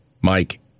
Mike